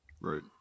right